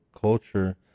culture